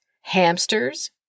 hamsters